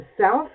South